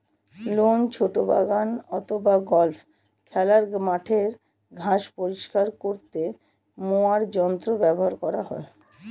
loan, ছোট বাগান অথবা গল্ফ খেলার মাঠের ঘাস পরিষ্কার করতে মোয়ার যন্ত্র ব্যবহার করা হয়